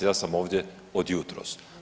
Ja sam ovdje od jutros.